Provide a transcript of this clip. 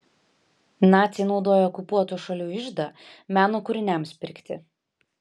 naciai naudojo okupuotų šalių iždą meno kūriniams pirkti